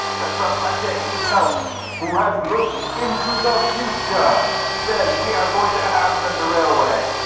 but for fletcher e. felts who has looked into the future says, we are going to have such a railway.